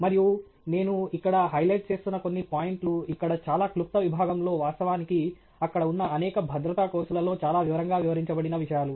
మరియు నేను ఇక్కడ హైలైట్ చేస్తున్న కొన్ని పాయింట్లు ఇక్కడ చాలా క్లుప్త విభాగంలో వాస్తవానికి అక్కడ ఉన్న అనేక భద్రతా కోర్సులలో చాలా వివరంగా వివరించబడిన విషయాలు